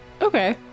Okay